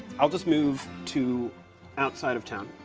i'll just move to outside of town,